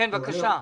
הייתי